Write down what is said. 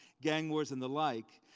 gang wars, and the like,